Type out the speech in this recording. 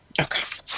Okay